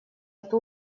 эту